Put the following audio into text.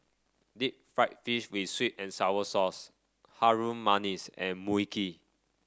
Deep Fried Fish with sweet and sour sauce Harum Manis and Mui Kee